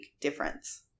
difference